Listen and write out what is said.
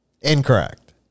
Incorrect